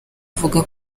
avuga